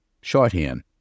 shorthand